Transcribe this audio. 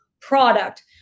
product